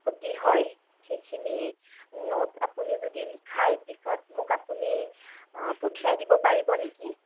ক্ষতি হয় সেইখিনি নোট আপুনি যদি লিখাই পিছত মোক আপুনি পঠিয়াই দিব পাৰিব নেকি